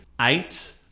Eight